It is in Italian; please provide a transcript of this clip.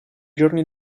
giorni